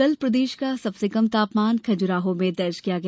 कल प्रदेश का सबसे कम तापमान खुजराहो में दर्ज किया गया